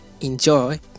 enjoy